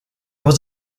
was